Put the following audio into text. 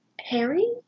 Harry